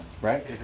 right